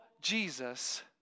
Jesus